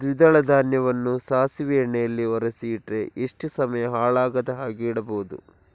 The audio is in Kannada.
ದ್ವಿದಳ ಧಾನ್ಯವನ್ನ ಸಾಸಿವೆ ಎಣ್ಣೆಯಲ್ಲಿ ಒರಸಿ ಇಟ್ರೆ ಎಷ್ಟು ಸಮಯ ಹಾಳಾಗದ ಹಾಗೆ ಇಡಬಹುದು?